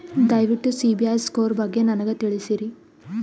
ದಯವಿಟ್ಟು ಸಿಬಿಲ್ ಸ್ಕೋರ್ ಬಗ್ಗೆ ನನಗ ತಿಳಸರಿ?